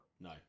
No